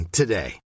today